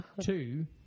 Two